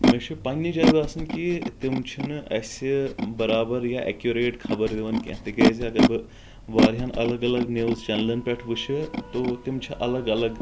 مےٚ چھُ پننہِ جایہِ باسان کہِ تِم چھِنہٕ اسہِ برابر یا اٮ۪کیوٗریٹ خبر دِوان کینٛہہ تِکیٛازِ اگر بہٕ واریاہن الگ الگ نِوٕز چینلن پٮ۪ٹھ وٕچھِ تو تِم چھِ الگ الگ